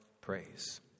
praise